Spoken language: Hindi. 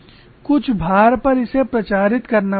कुछ भार पर इसे प्रचारित करना पड़ता है